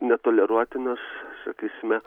netoleruotinas sakysime